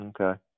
Okay